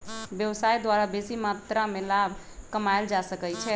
व्यवसाय द्वारा बेशी मत्रा में लाभ कमायल जा सकइ छै